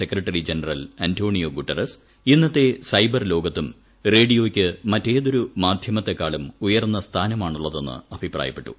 secretary general Antonio Guterres ഇന്നത്തെ cyber ലോകത്തും റേഡിയോയ്ക്ക് മറ്റേതൊരു മാധ്യമത്തെക്കാളും ഉയർന്ന സ്ഥാനമാണുള്ളതെന്ന് അഭിപ്രായപ്പെട്ടു